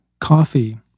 coffee